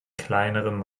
kleineren